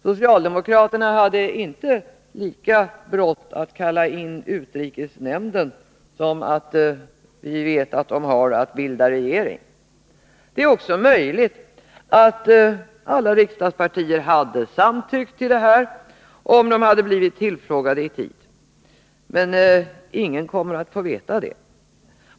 Socialdemokraterna hade inte lika brått att kalla in utrikesnämnden som vi vet att de hade att bilda regering. Det är också möjligt att alla riksdagspartier hade samtyckt till initiativet, om de hade blivit tillfrågade i tid, men det kommer ingen att få veta.